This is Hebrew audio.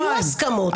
יהיו הסכמות.